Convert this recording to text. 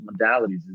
modalities